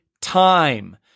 time